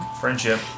Friendship